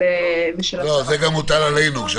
זה גם מוטל עלינו.